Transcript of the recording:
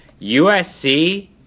USC